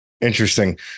Interesting